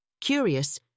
Curious